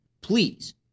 please